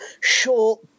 short